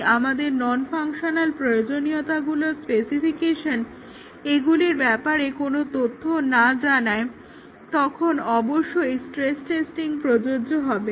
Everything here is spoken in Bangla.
যদি আমাদের নন ফাংশনাল প্রয়োজনীয়তাগুলোর স্পেসিফিকেশন এগুলির ব্যাপারে কোনো তথ্য না জানায় তখন অবশ্যই স্ট্রেস টেস্টিং প্রযোজ্য হবে না